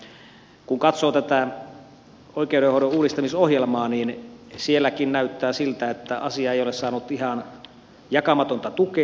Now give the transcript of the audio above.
kun katsoo tätä oikeudenhoidon uudistamisohjelmaa niin sielläkin näyttää siltä että asia ei ole saanut ihan jakamatonta tukea